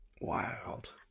Wild